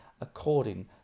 according